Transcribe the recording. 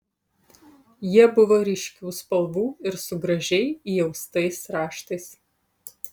jie buvo ryškių spalvų ir su gražiai įaustais raštais